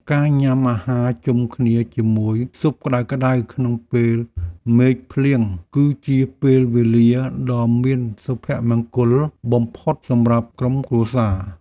ការញ៉ាំអាហារជុំគ្នាជាមួយស៊ុបក្ដៅៗក្នុងពេលមេឃភ្លៀង គឺជាពេលវេលាដ៏មានសុភមង្គលបំផុតសម្រាប់ក្រុមគ្រួសារ។